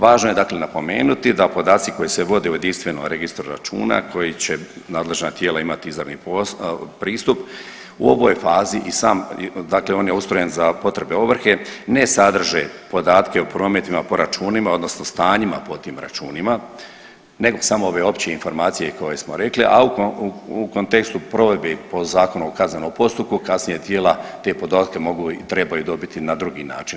Važno je dakle napomenuti da podaci koji se vode u jedinstvenom registru računa koji će nadležna tijela imati izravni pristup u ovoj fazi i sam, dakle on je ustrojen za potrebe ovrhe ne sadrže podatke o prometima po računima, odnosno stanjima po tim računima nego samo ove opće informacije koje smo rekli, a u kontekstu provedbe po Zakonu o kaznenom postupku kasnije tijela te podatke mogu i trebaju dobiti na drugi način.